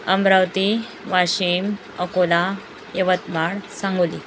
Amravati Washim Akola Yavatmal Sangli